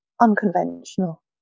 unconventional